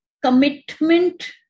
commitment